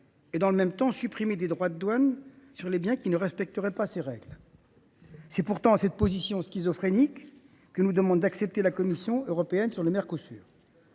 dans le même temps des droits de douane sur les biens qui ne respecteraient pas ces règles. C’est pourtant cette position schizophrénique que nous demande d’accepter la Commission européenne sur l’accord